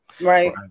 Right